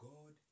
God